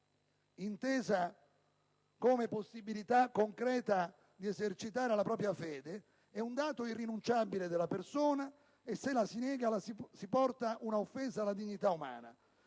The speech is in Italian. intesa come possibilità concreta di esercitare la propria fede è un dato irrinunciabile della persona e, se la si nega, si porta un'offesa alla dignità umana.